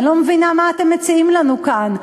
אני לא מבינה מה אתם מציעים לנו כאן.